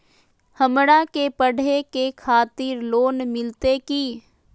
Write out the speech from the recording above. हमरा के पढ़े के खातिर लोन मिलते की?